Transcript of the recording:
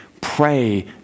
pray